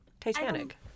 Titanic